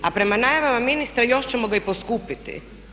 A prema najavama ministar još ćemo ga i poskupiti.